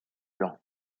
blanc